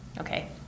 okay